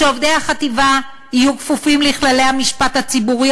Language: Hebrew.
שעובדי החטיבה יהיו כפופים לכללי המשפט הציבורי,